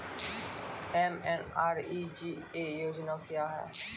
MNREGA योजना क्या हैं?